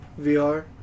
VR